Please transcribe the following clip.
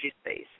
space